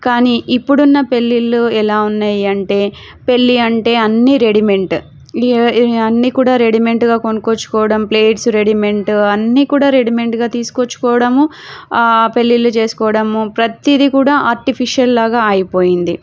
కానీ ఇప్పుడున్న పెళ్ళిళ్ళు ఎలా ఉన్నాయంటే పెళ్ళి అంటే అన్నీ రెడీమేడ్ అన్నీ కూడా రెడీమేడ్గా కొనుక్కొచ్చుకోవడం ప్లేట్స్ రెడీమేడ్ అన్నీ కూడా రెడీమేడ్ తీసుకొచ్చుకోవడము పెళ్ళిళ్ళు చేసుకోవడము ప్రతీదీ కూడా ఆర్టిఫీషల్లాగా అయిపోయింది